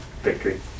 victory